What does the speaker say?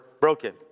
broken